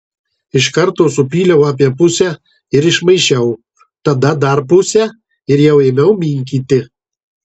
iš karto supyliau apie pusę ir išmaišiau tada dar pusę ir jau ėmiau minkyti